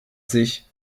sich